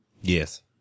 Yes